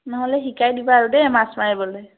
নহ'লে শিকাই দিবা আৰু দেই মাছ মাৰিবলৈ